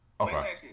Okay